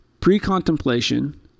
Pre-contemplation